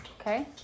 Okay